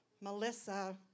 Melissa